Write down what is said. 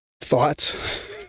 thoughts